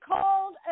called